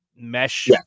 mesh